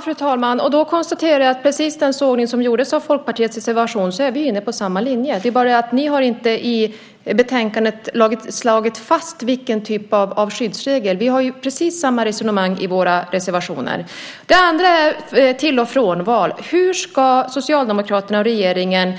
Fru talman! Då konstaterar jag att vi, trots den sågning som gjordes av Folkpartiets reservation, är inne på samma linje. Det är bara det att ni inte i betänkandet har slagit fast vilken typ av skyddsregel det ska vara. Vi har precis samma resonemang i våra reservationer. Det andra gäller till-och-från-val. Hur ska Socialdemokraterna och regeringen